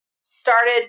started